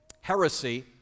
Heresy